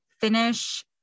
finish